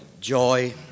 joy